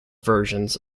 versions